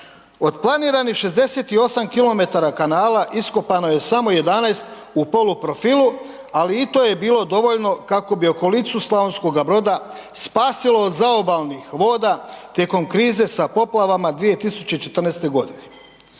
Od planiranih 68 kilometara kanala iskopano je samo 11 u poluprofilu, ali i to je bilo dovoljno kako bi okolicu Slavonskoga Broda spasilo od zaobalnih voda tijekom krize sa poplavama 2014. godine.